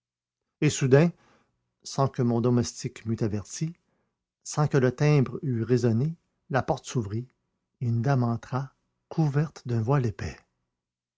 et soudain sans que mon domestique m'eût averti sans que le timbre eût résonné la porte s'ouvrit et une dame entra couverte d'un voile épais